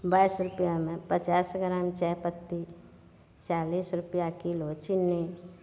बाइस रुपैआमे पचास ग्राम चाइपत्ती चालिस रुपैआ किलो चिन्नी